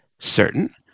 certain